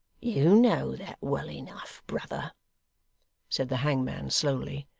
you know that well enough, brother said the hangman, slowly.